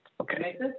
Okay